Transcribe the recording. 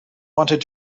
wanted